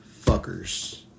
fuckers